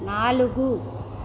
నాలుగు